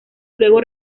luego